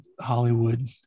Hollywood